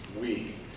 week